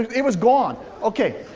it was gone. okay,